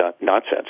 nonsense